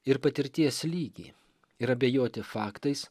ir patirties lygį ir abejoti faktais